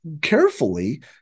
carefully –